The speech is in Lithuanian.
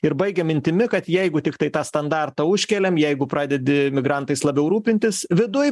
ir baigiam mintimi kad jeigu tiktai tą standartą užkeliam jeigu pradedi migrantais labiau rūpintis viduj